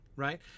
Right